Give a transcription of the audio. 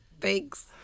Thanks